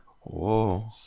Whoa